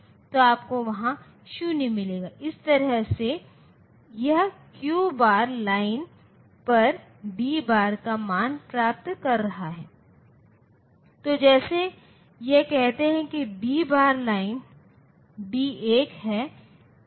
तो उस वोल्टेज को लॉजिक हाई या 1 या लॉजिक लौ या 0 के रूप में व्याख्या करना यह उस स्तर पर निर्भर करता है जिसे वह विशेष लॉजिक फॅमिली मानता है